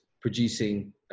producing